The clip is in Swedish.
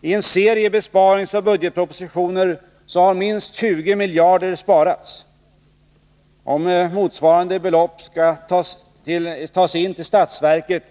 I en serie besparingsoch budgetpropositioner har minst 20 miljarder sparats. Om motsvarande belopp skall tas in till statsverket,